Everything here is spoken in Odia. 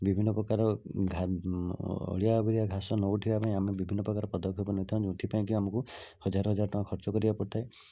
ବିଭିନ୍ନ ପ୍ରକାର ଅଳିଆ ବଳିଆ ଘାସ ନ ଉଠିବା ପାଇଁ ଆମେ ବିଭିନ୍ନ ପ୍ରକାର ପଦକ୍ଷେପ ନେଇଥାଉ ଯେଉଁଥିପାଇଁ କି ଆମକୁ ହଜାର ହଜାର ଟଙ୍କା ଖର୍ଚ୍ଚ କରିବାକୁ ପଡ଼ିଥାଏ